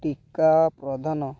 ଟିକା ପ୍ରଦାନ